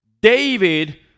David